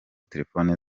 telefoni